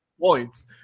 points